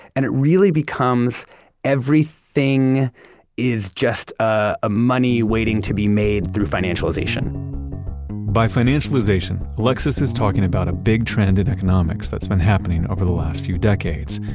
and it really becomes everything is just a, money waiting to be made through financialization by financialization, alexis is talking about a big trend in economics that's been happening over the last few decades.